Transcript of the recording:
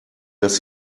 dass